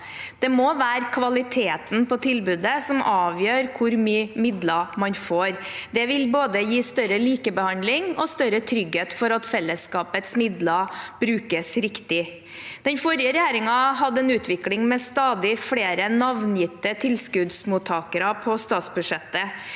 Det må være kvaliteten på tilbudet som avgjør hvor mye midler man får. Det vil gi både større likebehandling og større trygghet for at fellesskapets midler brukes riktig. Den forrige regjeringen hadde en utvikling med stadig flere navngitte tilskuddsmottakere på statsbudsjettet.